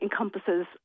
encompasses